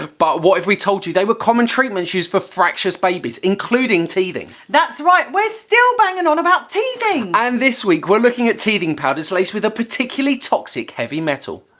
but, what if we told you they were common treatments used for fractious babies, including teething! that's right! we're still banging on about teething and this week we're looking at teething powders laced with a particularly toxic heavy metal.